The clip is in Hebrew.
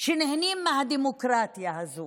שנהנות מהדמוקרטיה הזו.